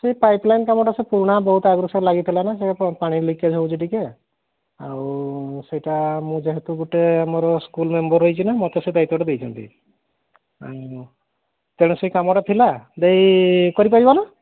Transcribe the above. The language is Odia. ସେ ପାଇପ୍ ଲାଇନ୍ କାମଟା ସେ ପୁରୁଣା ବହୁତ ଆଗରୁ ସାର୍ ଲାଗିଥିଲା ନା ସିଏ ପାଣି ଲିକେଜ୍ ହେଉଛି ଟିକିଏ ଆଉ ମୁଁ ସେଇଟା ମୁଁ ଯେହେତୁ ଗୋଟେ ଆମର ସ୍କୁଲର ମେମ୍ବର୍ ରହିଛି ନା ମୋତେ ସେ ଦାୟିତ୍ୱଟା ଦେଇଛନ୍ତି ଆଉ ତେଣୁ ସେ କାମଟା ଥିଲା ଦେଇ କରିପାରିବ ନା